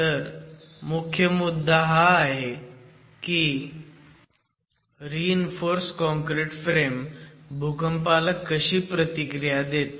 तर मुख्य मुद्दा हा आहे की रीइन्फोर्स काँक्रिट फ्रेम भूकंपाला कशी प्रतिक्रिया देते